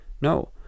No